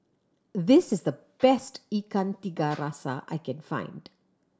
this is the best Ikan Tiga Rasa I can find